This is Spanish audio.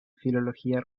filología